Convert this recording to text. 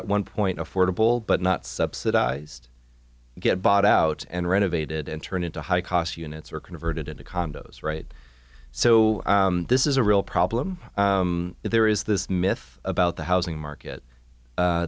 at one point affordable but not subsidized get bought out and renovated and turned into high cost units or converted into condos right so this is a real problem that there is this myth about the housing market